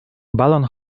balon